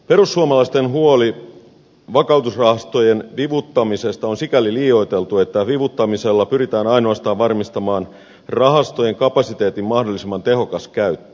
perussuomalaisten huoli vakautusrahastojen vivuttamisesta on sikäli liioiteltu että vivuttamisella pyritään ainoastaan varmistamaan rahastojen kapasiteetin mahdollisimman tehokas käyttö